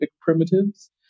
primitives